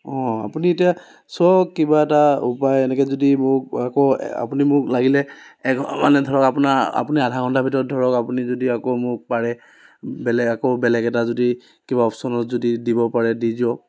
অঁ আপুনি এতিয়া চাওক কিবা এটা উপায় এনেকৈ যদি মোক আপুনি যদি মোক লাগিলে এঘৰ মানে ধৰক আপোনাৰ আপুনি আধা ঘণ্টাৰ ভিতৰত ধৰক আপুনি যদি আকৌ মোক পাৰে বেলেগ আকৌ বেলেগ এটা যদি কিবা অপশ্যনত যদি দিব পাৰে দি দিয়ক